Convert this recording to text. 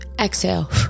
Exhale